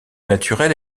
naturel